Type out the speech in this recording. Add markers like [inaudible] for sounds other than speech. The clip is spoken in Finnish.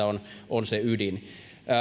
[unintelligible] on tässä se ydin